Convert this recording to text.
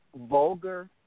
Vulgar